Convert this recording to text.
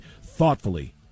thoughtfully